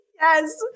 Yes